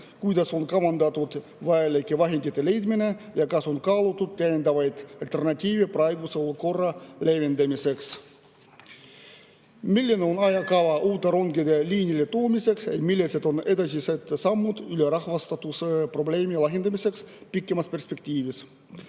Kuidas on kavandatud vajalike vahendite leidmine ja kas on kaalutud täiendavaid alternatiive praeguse olukorra leevendamiseks? Milline on ajakava uute rongide liinile toomiseks? Millised on edasised sammud ülerahvastatuse probleemi lahendamiseks pikemas perspektiivis?